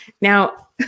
Now